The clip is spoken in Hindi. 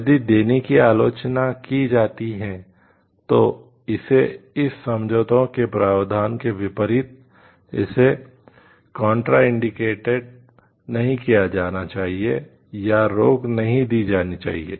यदि देने की आलोचना की जाती है तो इसे इस समझौते के प्रावधानों के विपरीत इसे कन्ट्राइंडिकेटेड नहीं किया जाना चाहिए या रोक नहीं दी जानी चाहिए